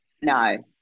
no